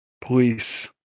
police